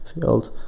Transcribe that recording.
field